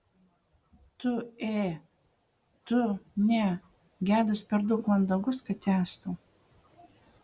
tu ė tu ne gedas per daug mandagus kad tęstų